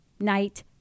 night